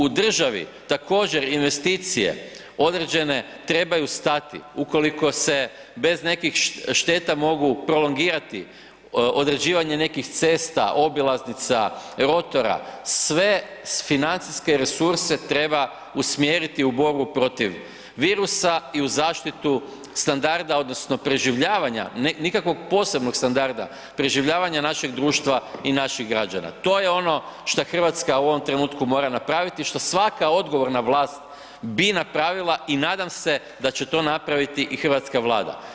U državi također investicije određene trebaju stati ukoliko se bez nekih šteta mogu prolongirati, određivanje nekih cesta, obilaznica, rotora, sve financijske resurse treba usmjeriti u borbu protiv virusa i u zaštitu standarda odnosno preživljavanja, nikakvog posebnog standarda, preživljavanja našeg društva i naših građana, to je ono što RH u ovom trenutku mora napraviti i što svaka odgovorna vlast bi napravila i nadam se da će to napraviti i hrvatska Vlada.